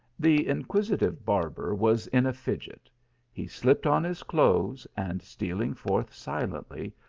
the inquisitive barber was in a fidget he slipped on his clothes, and, stealing forth silently,